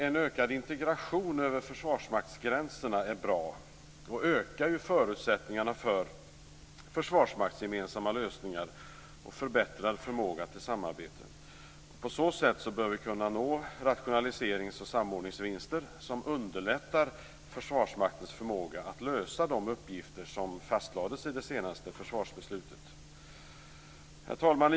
En ökad integration över försvarsmaktsgränserna är bra. Den ökar förutsättningarna för försvarsmaktsgemensamma lösningar och förbättrar förmågan till samarbete. På så sätt bör vi kunna nå rationaliserings och samordningsvinster som underlättar Försvarsmaktens förmåga att lösa de uppgifter som fastlades i det senaste försvarsbeslutet. Herr talman!